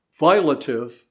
violative